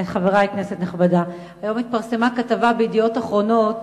חברי, כנסת נכבדה, היום התפרסמה ב"ידיעות אחרונות"